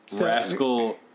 Rascal